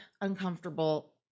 uncomfortable